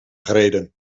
gereden